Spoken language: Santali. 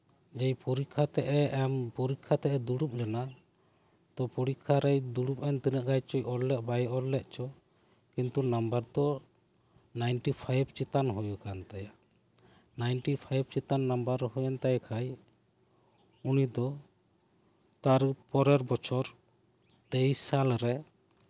ᱡᱮᱭ ᱯᱚᱨᱤᱠᱠᱷᱟ ᱛᱮᱜ ᱮ ᱮᱢ ᱯᱚᱨᱤᱠᱠᱷᱟ ᱛᱮᱜ ᱮ ᱫᱩᱲᱩᱵ ᱞᱮᱱᱟ ᱛᱚ ᱯᱚᱨᱤᱠᱠᱷᱟᱨᱮᱭ ᱫᱩᱲᱩᱵ ᱮᱱ ᱛᱤᱱᱟᱹᱜ ᱜᱟᱱ ᱪᱚᱭ ᱚᱞ ᱞᱮᱫ ᱵᱟᱭ ᱚᱞ ᱞᱮᱫ ᱪᱚ ᱠᱤᱱᱛᱩ ᱱᱟᱢᱵᱟᱨ ᱫᱚ ᱱᱟᱭᱤᱱᱴᱤ ᱯᱷᱟᱭᱤᱵᱽ ᱪᱮᱛᱟᱱ ᱦᱩᱭ ᱟᱠᱟᱱ ᱛᱟᱭᱟ ᱱᱟᱭᱤᱱᱴᱤ ᱯᱷᱟᱭᱤᱵᱽ ᱪᱮᱛᱟᱱ ᱱᱟᱢᱵᱟᱨ ᱦᱩᱭ ᱮᱱ ᱛᱟᱭ ᱠᱷᱟᱱ ᱩᱱᱤ ᱫᱚ ᱛᱟᱨ ᱯᱚᱨᱮᱨ ᱵᱚᱪᱷᱚᱨ ᱛᱮᱭᱤᱥ ᱥᱟᱞ ᱨᱮ